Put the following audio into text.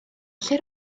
lle